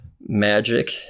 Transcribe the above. magic